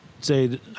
say